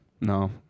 No